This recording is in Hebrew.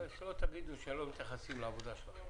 זה שלא תגידו שלא מתייחסים לעבודה שלכם.